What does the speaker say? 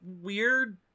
weird